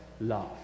love